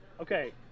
Okay